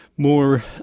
more